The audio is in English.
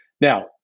Now